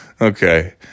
okay